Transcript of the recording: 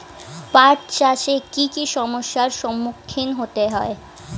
পাঠ চাষে কী কী সমস্যার সম্মুখীন হতে হয়?